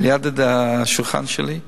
על-יד השולחן שלי,